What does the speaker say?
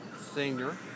Senior